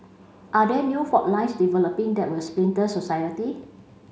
are there new fault lines developing that will splinter society